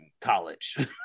college